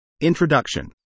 Introduction